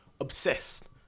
obsessed